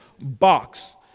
box